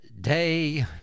day